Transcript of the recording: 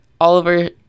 Oliver